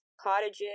cottages